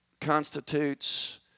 constitutes